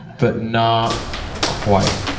but not quite.